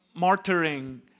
martyring